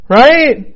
right